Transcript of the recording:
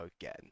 again